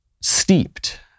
steeped